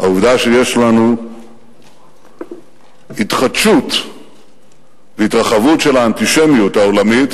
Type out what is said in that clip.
העובדה שיש לנו התחדשות והתרחבות של האנטישמיות העולמית.